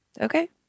Okay